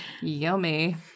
yummy